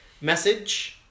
message